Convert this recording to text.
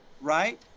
right